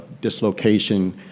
dislocation